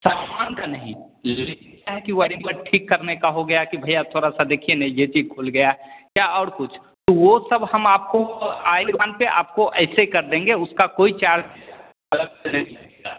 सामान का नहीं लेकिन क्या है कि वो आने के बाद ठीक करने का हो गया कि भईया थोड़ा सा देखिए ना ये चीज खुल गया या और कुछ तो वो सब हम आपको आइए दुकान पे आपको ऐसे ही कर देंगे उसका कोई चार्ज अलग से नहीं आएगा